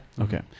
Okay